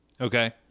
Okay